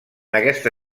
aquesta